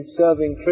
serving